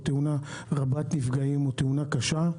תאונה רבת נפגעים או תאונה קשה,